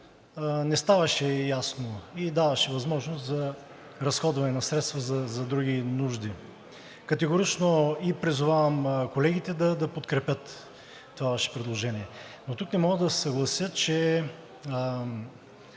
не ставаше ясно и даваше възможност за разходване на средства за други нужди. Категорично призовавам и колегите да подкрепят това Ваше предложение. Но тук не мога да се съглася, че